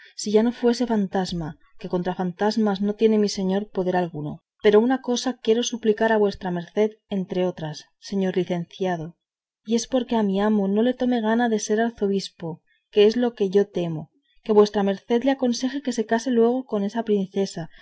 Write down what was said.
si ya no fuese fantasma que contra las fantasmas no tiene mi señor poder alguno pero una cosa quiero suplicar a vuestra merced entre otras señor licenciado y es que porque a mi amo no le tome gana de ser arzobispo que es lo que yo temo que vuestra merced le aconseje que se case luego con esta princesa